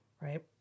Right